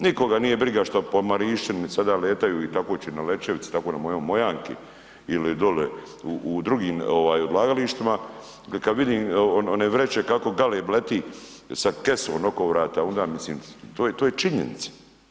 Nikoga nije briga što po Marišćini im sada letaju i tako će na Lečevici, tako da na mojoj Mojanki ili dole u drugim odlagalištima, kad vidim one vreće kako galeb leti sa kesom oko vrata, onda mislim to je činjenica.